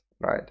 right